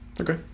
Okay